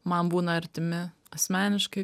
man būna artimi asmeniškai